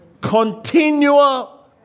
continual